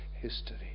history